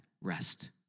rest